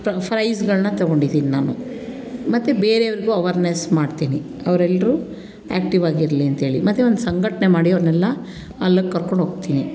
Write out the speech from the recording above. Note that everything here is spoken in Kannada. ಪ್ರ್ ಪ್ರೈಸ್ಗಳನ್ನ ತೊಗೊಂಡಿದ್ದೀನಿ ನಾನು ಮತ್ತು ಬೇರೆಯವ್ರಿಗೂ ಅವರ್ನೆಸ್ ಮಾಡ್ತೀನಿ ಅವ್ರೆಲ್ರೂ ಆ್ಯಕ್ಟಿವಾಗಿರಲಿ ಅಂಥೇಳಿ ಮತ್ತು ಒಂದು ಸಂಘಟನೆ ಮಾಡಿ ಅವ್ರನ್ನೆಲ್ಲ ಅಲ್ಲಿಗೆ ಕರ್ಕೊಂಡೋಗ್ತೀನಿ